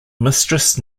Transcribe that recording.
mistress